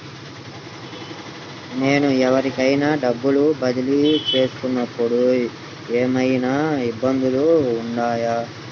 నేను ఎవరికైనా డబ్బులు బదిలీ చేస్తునపుడు ఏమయినా ఇబ్బందులు వుంటాయా?